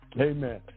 Amen